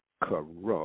corrupt